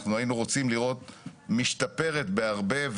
אנחנו היינו רוצים לראות משתפרת בהרבה.